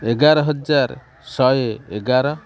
ଏଗାର ହଜାର ଶହେ ଏଗାର